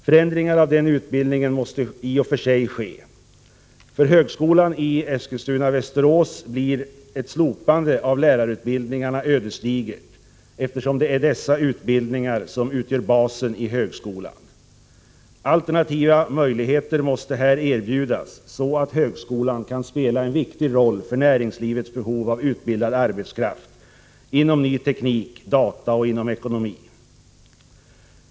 Förändringar av den utbildningen måste i och för sig ske. För högskolan i Eskilstuna Västerås blir ett slopande av lärarutbildningarna ödesdigert, eftersom dessa utbildningar utgör basen i högskolan. Alternativa möjligheter måste här erbjudas, så att högskolan kan spela sin viktiga roll för att tillgodose näringslivets behov av utbildad arbetskraft inom ny teknik, data och ekonomi.